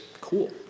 cool